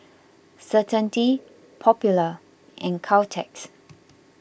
Certainty Popular and Caltex